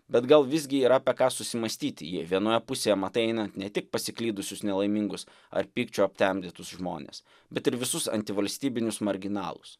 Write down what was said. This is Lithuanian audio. bet gal visgi yra apie ką susimąstyti jei vienoje pusėje matai einant ne tik pasiklydusius nelaimingus ar pykčio aptemdytus žmones bet ir visus antivalstybinius marginalus